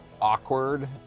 Awkward